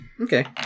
Okay